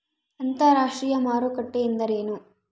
ಅಂತರಾಷ್ಟ್ರೇಯ ಮಾರುಕಟ್ಟೆ ಎಂದರೇನು?